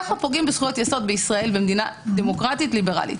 כך פוגעים בזכויות יסוד בישראל במדינה דמוקרטית ליברלית.